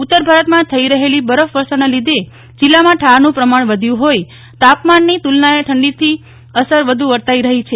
ઉતર ભારતમાં થઈ રહેલી બરફ વર્ષાના લીધે જિલ્લામાં ઠારનું પ્રમાણ વધ્યુ હોઈ તાપમાનની તુલનાએ ઠંડીની અસર વધુ વર્તાઈ રહી છે